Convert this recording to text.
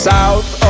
South